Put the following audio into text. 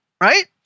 right